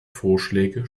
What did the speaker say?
vorschläge